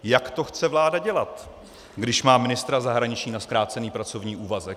Jak to chce vláda dělat, když má ministra zahraničí na zkrácený pracovní úvazek?